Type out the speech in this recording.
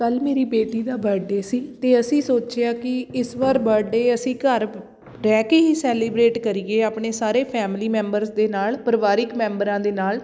ਕੱਲ੍ਹ ਮੇਰੀ ਬੇਟੀ ਦਾ ਬਰਡੇ ਸੀ ਅਤੇ ਅਸੀਂ ਸੋਚਿਆ ਕਿ ਇਸ ਵਾਰ ਬਰਡੇ ਅਸੀਂ ਘਰ ਰਹਿ ਕੇ ਹੀ ਸੈਲੀਬ੍ਰੇਟ ਕਰੀਏ ਆਪਣੇ ਸਾਰੇ ਫੈਮਲੀ ਮੈਂਬਰਸ ਦੇ ਨਾਲ ਪਰਿਵਾਰਿਕ ਮੈਂਬਰਾਂ ਦੇ ਨਾਲ